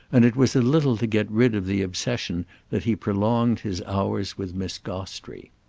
and it was a little to get rid of the obsession that he prolonged his hours with miss gostrey.